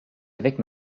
avec